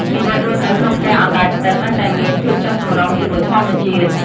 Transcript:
ជីវិតរស់នៅក្នុងផ្ទះអណ្ដែតទឹកនៅតែមាន ភាពចុះសម្រុងជាមួយធម្មជាតិ។